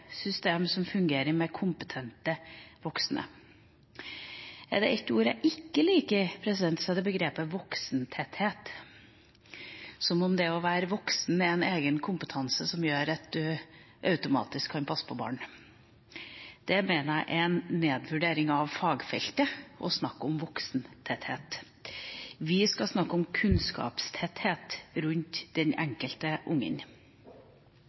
system som merker segde ungene som trenger ekstra hjelp, så tidlig som overhodet mulig, ja da må vi ha et barnehagesystem som fungerer, med kompetente voksne. Er det ett ord jeg ikke liker, så er det begrepet «voksentetthet», som om det å være voksen er en egen kompetanse som gjør at man automatisk kan passe på barn. Jeg mener det er en nedvurdering av fagfeltet å snakke om